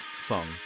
song